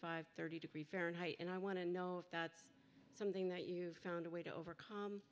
and thirty degree fahrenheit and i want to know if that's something that you found a way to overcome